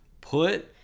Put